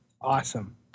Awesome